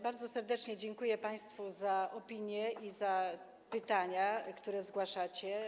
Bardzo serdecznie dziękuję państwu za opinie i za pytania, które zgłaszacie.